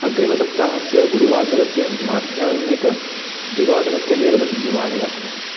अग्रिमसप्ताहस्य गुरुवासरस्य माध्याह्निकद्विवादनस्य मेलनं निवारय